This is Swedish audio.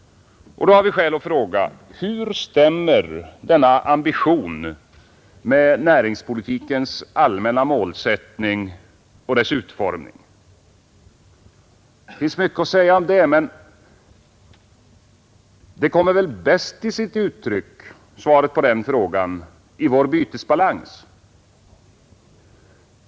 Då har vi skäl att fråga: Hur stämmer denna ambition med näringspolitikens allmänna målsättning och dess utformning? Det finns mycket att säga om det, men svaret på frågan kommer väl bäst till uttryck i vår bytesbalans.